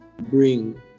bring